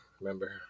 remember